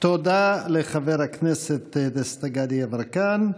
תודה לחבר הכנסת דסטה גדי יברקן.